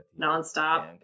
nonstop